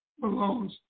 belongs